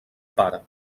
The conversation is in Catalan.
pare